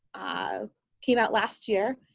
ah came out last year,